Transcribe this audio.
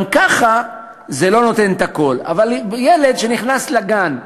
גם ככה זה לא נותן את הכול, אבל ילד שנכנס לגן,